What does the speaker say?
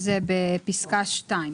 בסוף פסקה (2),